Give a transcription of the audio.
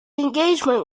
engagement